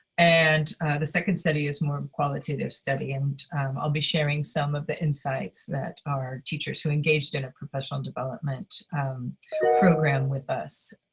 and the second study is a more qualitative study, and i'll be sharing some of the insights that our teachers who engaged in a professional development program with us